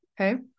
Okay